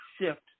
shift